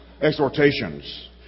exhortations